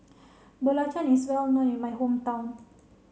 Belacan is well known in my hometown